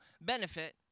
benefit